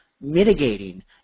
mitigating